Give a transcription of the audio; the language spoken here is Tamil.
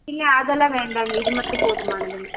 இல்லை அதெல்லாம் வேண்டாங்க இது மட்டும் போதுமானதுங்க